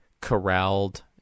corralled